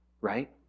right